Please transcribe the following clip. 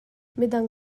midang